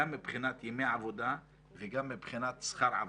גם מבחינת ימי עבודה וגם מבחינת שכר העבודה.